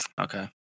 Okay